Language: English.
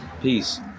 Peace